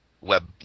web